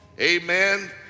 amen